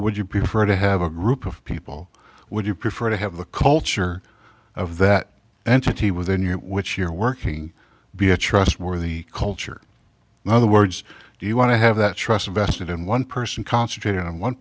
would you prefer to have a group of people would you prefer to have the culture of that entity within which you're working be a trustworthy culture and other words you want to have that trust vested in one person concentrating on one